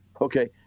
Okay